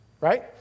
Right